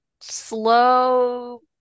slow